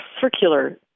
circular